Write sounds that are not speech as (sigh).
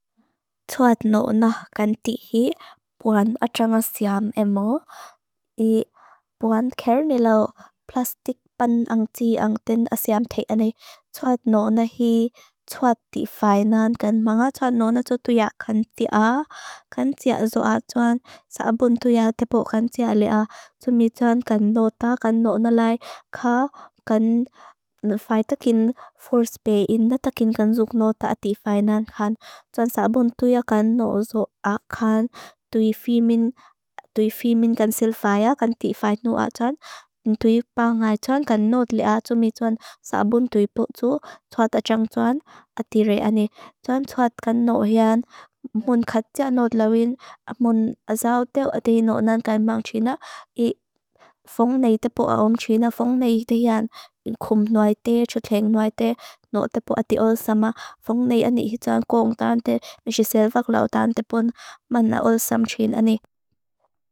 Tuat nona kan tihi, buan atramasiam emo. I buan kernelaw plastik pan ang tii ang ten asiam teanei. Tuat nona hii, tuat tifay nan, kan manga tuat nona so tuya kan tia, kan tia zoa, soan sa abun tuya tepo kan tia lea. Tumi tuan kan nota, kan nota lai, ka kan fay takin force pay ina, takin kan zook nota ati fay nan kan. Soan sa abun tuya kan nota zoa kan, tui fimin, tui fimin kan silfaya, kan tifay nua tuan. Ntui pangay tuan kan nota lea, tumi tuan sa abun tui putu, tuat atram tuan ati reane. Tuam tuat kan nota hian, buan katia nota lawin, buan azao deo ati nota nan kan mang tuna. (hesitation) I fong nei tepo aung tuna, fong nei hii tehan, kum noa ite, soteng noa ite, nota pot ati orsama. Fong nei ani hii tuan gong tan te, mi si selvak law tan tepon, manna orsam tuna ni.